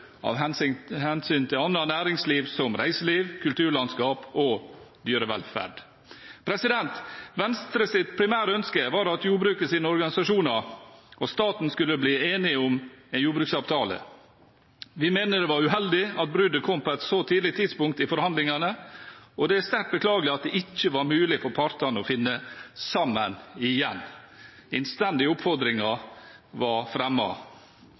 av hensyn til miljø, av hensyn til annet næringsliv som reiseliv, av hensyn til kulturlandskap og dyrevelferd. Venstres primære ønske var at jordbrukets organisasjoner og staten skulle bli enige om en jordbruksavtale. Vi mener det var uheldig at bruddet kom på et så tidlig tidspunkt i forhandlingene, og det er sterkt beklagelig at det ikke var mulig for partene å finne sammen igjen. Innstendige oppfordringer